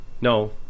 No